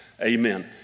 Amen